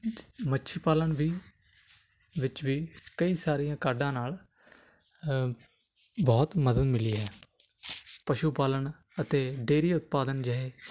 ਮੱਛੀ ਪਾਲਣ ਵੀ ਵਿੱਚ ਵੀ ਕਈ ਸਾਰੀਆਂ ਕਾਢਾਂ ਨਾਲ ਬਹੁਤ ਮਦਦ ਮਿਲੀ ਹੈ ਪਸ਼ੂ ਪਾਲਣ ਅਤੇ ਡੇਰੀ ਉਤਪਾਦਨ ਜਿਹੇ